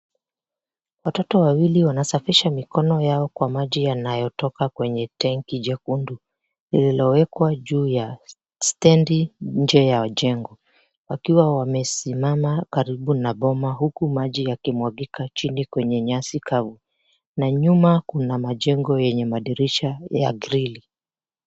Watoto wawili wanasafisha mikono yao kwa maji yanayotoka kwenye tenki jekundu lililowekwa juu ya stendi nje ya jengo wakiwa wamesimama karibu na boma huku maji yakimwagika chini kwenye nyasi kavu, na nyuma kuna majengo yenye madirisha ya grill .